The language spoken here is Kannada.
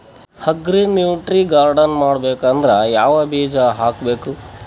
ಅಗ್ರಿ ನ್ಯೂಟ್ರಿ ಗಾರ್ಡನ್ ಮಾಡಬೇಕಂದ್ರ ಯಾವ ಬೀಜ ಹಾಕಬೇಕು?